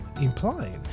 implying